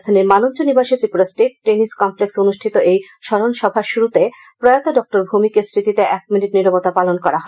রাজধানীর মালঞ্চ নিবাসে ত্রিপুরা স্টেট টেনিস কমপ্লেক্সে অনুষ্ঠিত এই স্মরণ সভার শুরুতে প্রয়াত ডঃ ভৌমিকের স্মৃতি এক মিনিট নীরবতা পালন করা হয়